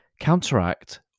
Counteract